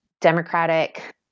democratic